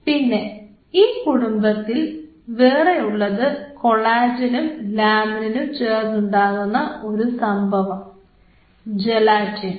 പിന്നെ ഈ കുടുംബത്തിൽ വേറെ ഉള്ളത് കൊളാജനും ലാമിനിനും ചേർന്നുണ്ടാകുന്ന ഒരു സംഭവം ജലാറ്റിൻ